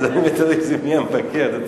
תלוי מי המבקר.